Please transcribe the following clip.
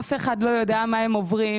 אף אחד לא יודע מה הם עוברים.